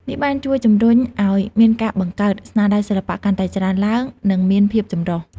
នេះបានជួយជំរុញឲ្យមានការបង្កើតស្នាដៃសិល្បៈកាន់តែច្រើនឡើង និងមានភាពចម្រុះ។